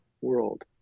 world